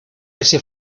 ese